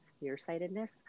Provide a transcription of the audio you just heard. nearsightedness